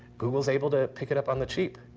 google is able to pick it up on the cheap.